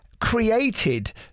created